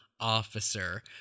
officer